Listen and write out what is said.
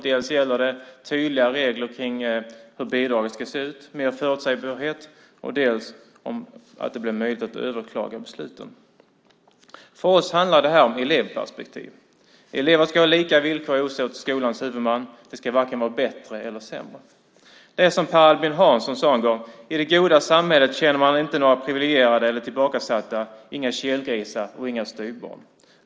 Det gäller tydliga regler kring hur bidraget ska se ut, att det ska vara mer förutsägbarhet, och att det ska bli möjligt att överklaga besluten. För oss handlar det här om elevperspektiv. Elever ska ha lika villkor oavsett skolans huvudman. De ska varken vara bättre eller sämre. Det är som Per Albin Hansson sade en gång: I det goda samhället känner man inte några privilegierade eller tillbakasatta, inga kelgrisar och inga styvbarn.